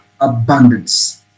abundance